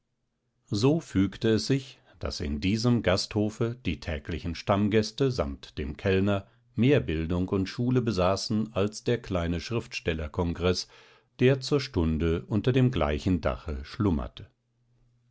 so fügte es sich daß in diesem gasthofe die täglichen stammgäste samt dem kellner mehr bildung und schule besaßen als der kleine schriftstellerkongreß der zur stunde unter dem gleichen dache schlummerte